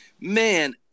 Man